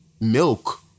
milk